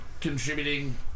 contributing